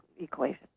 equation